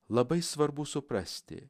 labai svarbu suprasti